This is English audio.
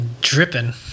Dripping